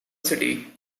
city